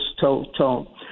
tone